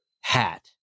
hat